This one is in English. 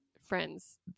friends